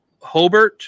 Hobert